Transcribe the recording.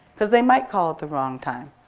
because they might call at the wrong time.